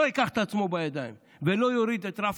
לא ייקח את עצמו בידיים ולא יוריד את רף